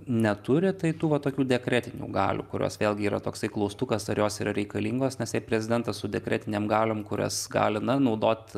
neturi tai tų vat tokių dekretinių galių kurios vėlgi yra toksai klaustukas ar jos yra reikalingos nes jei prezidentas su dekretinėm galiom kurias gali na naudoti